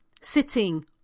sitting